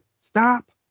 stop